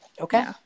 Okay